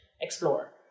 explore